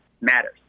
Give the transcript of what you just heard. matters